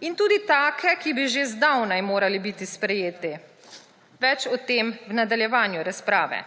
in tudi take, ki bi že zdavnaj morali biti sprejeti. Več o tem v nadaljevanju razprave.